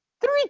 three